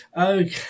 Okay